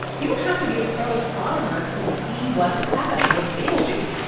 you don't have to be a pro astronomer to see what's happening with betelgeuse.